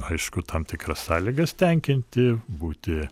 aišku tam tikras sąlygas tenkinti būti